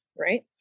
right